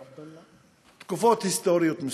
בתקופות היסטוריות מסוימות.